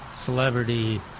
Celebrity